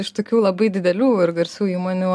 iš tokių labai didelių ir garsių įmonių